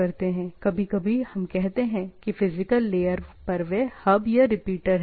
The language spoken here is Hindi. कभी कभी हम कहते हैं कि फिजिकल लेयर पर वे हब या रिपीटर हैं